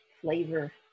flavor